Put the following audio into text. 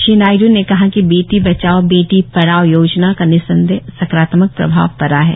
श्री नायड्र ने कहा कि बेटी बचाओ बेटी पढ़ाओ योजना का निसंदेह सकारात्मक प्रभाव पड़ा है